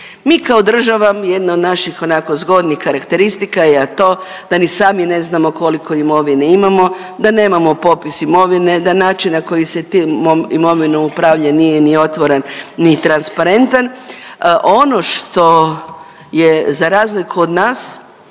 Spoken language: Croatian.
Mi kao država jedna od naših onako zgodnih karakteristika je to da ni sami ne znamo koliko imovine imamo, da nemamo popis imovine, da način na koji se tom imovinom upravlja nije ni otvoren ni transparentan. Ono što je za razliku od nas